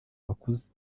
bakuze